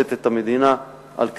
לשאת את המדינה על כתפיו.